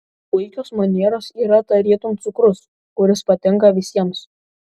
puikios manieros yra tarytum cukrus kuris patinka visiems